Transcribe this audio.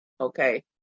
Okay